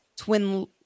Twin